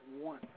one